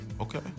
Okay